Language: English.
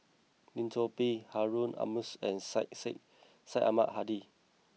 Lim Chor Pee Harun Aminurrashid and Syed Sheikh Syed Ahmad Hadi